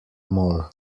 more